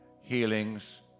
healings